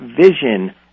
vision